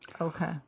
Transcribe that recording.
Okay